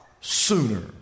sooner